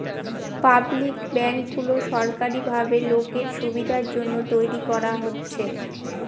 public ব্যাঙ্কগুলো সরকারি ভাবে লোকের সুবিধার জন্য তৈরী করা হচ্ছে